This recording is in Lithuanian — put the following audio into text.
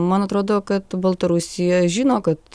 man atrodo kad baltarusija žino kad